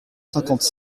cinquante